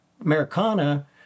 Americana